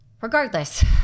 Regardless